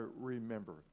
remember